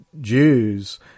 Jews